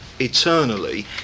eternally